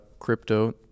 crypto